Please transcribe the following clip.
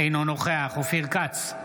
אינו נוכח אופיר כץ,